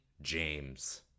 James